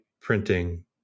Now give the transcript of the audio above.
printing